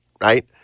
right